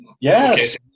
Yes